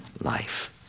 life